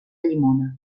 llimona